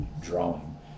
drawing